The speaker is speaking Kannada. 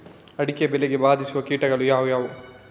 ಅಡಿಕೆ ಬೆಳೆಗೆ ಬಾಧಿಸುವ ಕೀಟಗಳು ಯಾವುವು?